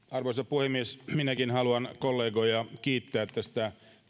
arvoisa puhemies minäkin haluan kollegoja kiittää tästä